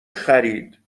خرید